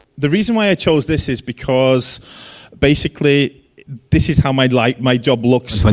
the reason why i chose this is because basically this is how i'd like my job looks and